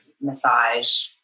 massage